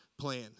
plan